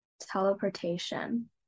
teleportation